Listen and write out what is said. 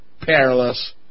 perilous